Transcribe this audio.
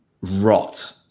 rot